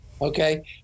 okay